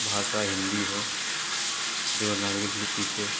भाषा हिंदी है देवनागरिक लिपि से